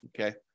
Okay